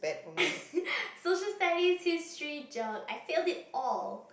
Social Studies history geog I failed it all